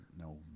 no